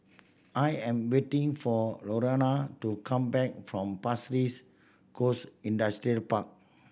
I am waiting for Lorena to come back from Pasir Ris Coast Industrial Park